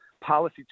policy